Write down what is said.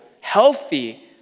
healthy